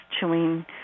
chewing